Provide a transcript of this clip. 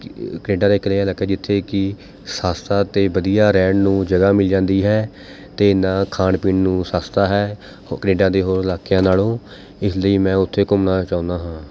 ਕਿ ਕਨੇਡਾ ਦਾ ਇੱਕ ਅਜਿਹਾ ਇਲਾਕਾ ਜਿੱਥੇ ਕਿ ਸਸਤਾ ਅਤੇ ਵਧੀਆ ਰਹਿਣ ਨੂੰ ਜਗ੍ਹਾ ਮਿਲ ਜਾਂਦੀ ਹੈ ਅਤੇ ਨਾਲ ਖਾਣ ਪੀਣ ਨੂੰ ਸਸਤਾ ਹੈ ਉਹ ਕੈਨੇਡਾ ਦੇ ਹੋਰ ਇਲਾਕਿਆਂ ਨਾਲੋਂ ਇਸ ਲਈ ਮੈਂ ਉੱਥੇ ਘੁੰਮਣਾ ਚਾਹੁੰਦਾ ਹਾਂ